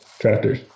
tractors